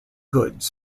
goods